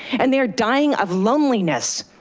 and they're dying of loneliness.